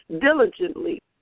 diligently